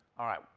all right,